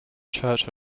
church